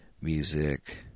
music